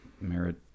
merit